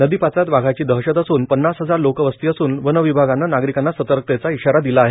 नदी पात्रात वाघांची दहशत असून पन्नास हजार लोकवस्ती असून वनविभागाने नागरिकांना सतर्कतेचा इशारा दिला आहे